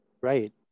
right